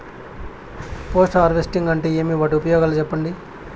Post harvesting అంటే ఏమి? వాటి ఉపయోగాలు చెప్పండి?